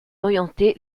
orienté